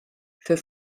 für